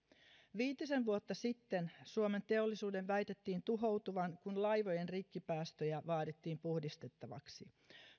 viitisen vuotta sitten suomen teollisuuden väitettiin tuhoutuvan kun laivojen rikkipäästöjä vaadittiin puhdistettavaksi